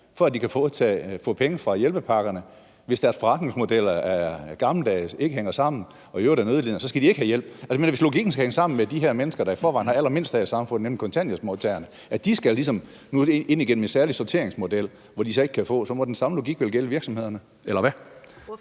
for at de kan få penge fra hjælpepakkerne, hvis deres forretningsmodeller er gammeldags og ikke hænger sammen og de i øvrigt er nødlidende, altså at så skal de ikke have hjælp? Hvis logikken skal hænge sammen i forhold til de her mennesker, som i forvejen har allermindst her i samfundet, nemlig kontanthjælpsmodtagerne, som nu ligesom skal ind igennem en særlig sorteringsmodel, hvor de ikke kan få, så må den samme logik vel gælde virksomhederne, eller hvad?